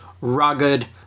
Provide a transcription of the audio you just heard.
rugged